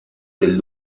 del